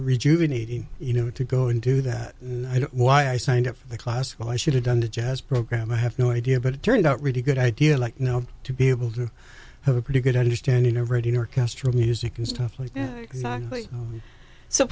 rejuvenating you know to go into that and i don't why i signed up for the class when i should have done the jazz program i have no idea but it turned out really good idea like you know to be able to have a pretty good understanding of reading orchestral music and stuff like yeah exactly so